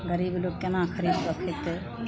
गरीब लोक कोना खरिदके खएतै